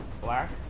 black